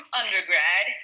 undergrad